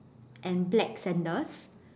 and black sandals